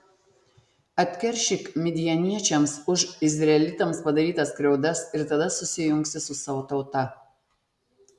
atkeršyk midjaniečiams už izraelitams padarytas skriaudas ir tada susijungsi su savo tauta